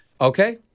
okay